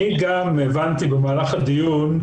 אני גם הבנתי במהלך הדיון,